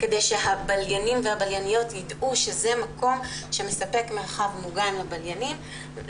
כדי שהבליינים והבלייניות ידעו שזה מקום שמספק מרחב מוגן לבליינים,